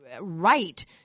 right